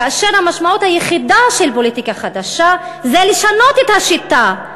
כאשר המשמעות היחידה של פוליטיקה חדשה זה לשנות את השיטה,